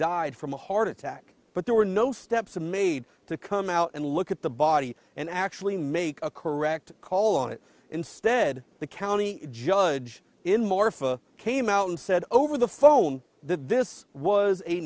died from a heart attack but there were no steps made to come out and look at the body and actually make a correct call on it instead the county judge in more for came out and said over the phone that this was a